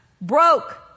broke